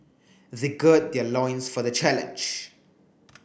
they gird their loins for the challenge